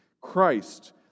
Christ